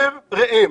אומר ראם